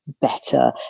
better